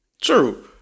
True